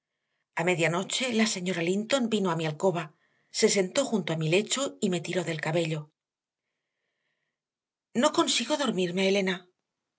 nosotros a medianoche la señora linton vino a mi alcoba se sentó junto a mi lecho y me tiró del cabello no consigo dormirme elena